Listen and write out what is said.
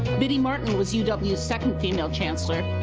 biddy martin was you know uw's second female chancellor,